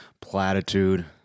platitude